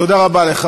תודה רבה לך.